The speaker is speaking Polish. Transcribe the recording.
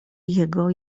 jego